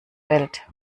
welt